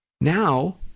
Now